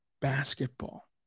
basketball